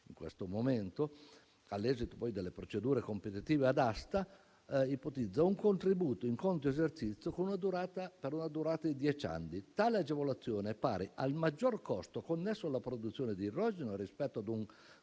in questo momento, all'esito poi delle procedure competitive ad asta, un contributo in conto esercizio per la durata di dieci anni. Tale agevolazione è pari al maggior costo connesso alla produzione di idrogeno rispetto ad un